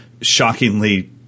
shockingly